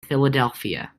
philadelphia